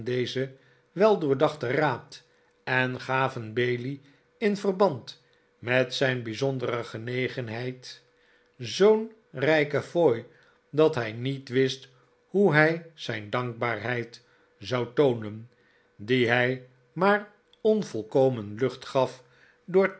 dezen weldoordachten raad en gaven bailey in verband met zijn bijzondere genegenheid zoo'n rijke fooi dat hij niet wist hoe hij zijn dankbaarheid zou toonen die hij maar onvolkomen lucht gaf door